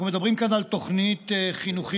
אנחנו מדברים כאן על תוכנית חינוכית